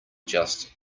just